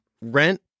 rent